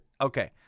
okay